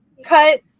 Cut